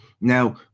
Now